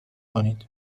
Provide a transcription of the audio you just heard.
کنید